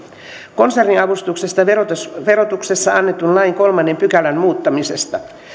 konserniavustuksesta verotuksessa verotuksessa annetun lain kolmannen pykälän muuttamisesta